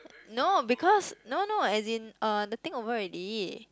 no because no no as in uh the thing over already